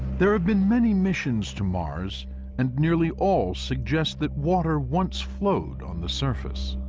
there have been many missions to mars and nearly all suggest that water once flowed on the surface.